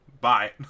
Bye